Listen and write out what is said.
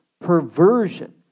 perversion